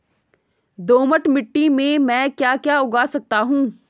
दोमट मिट्टी में म ैं क्या क्या उगा सकता हूँ?